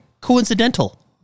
coincidental